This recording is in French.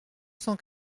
cent